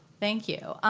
thank you.